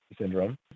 syndrome